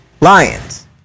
Lions